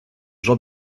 jean